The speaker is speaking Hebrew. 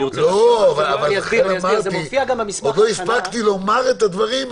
אני רוצה --- עוד לא הספקתי לומר את הדברים,